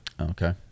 Okay